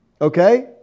Okay